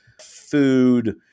food